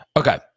Okay